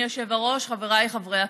אדוני היושב-ראש, חבריי חברי הכנסת,